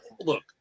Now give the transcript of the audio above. Look